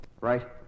Right